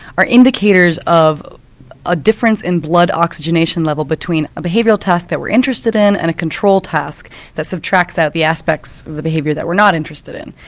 are indicators of a difference in blood oxygenation level between a behavioural task that we're interested in and a control task that subtracts out the aspects of the behaviour that we're not interested in.